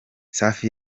safi